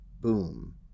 boom